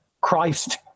Christ